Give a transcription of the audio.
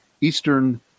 Eastern